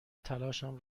تلاشم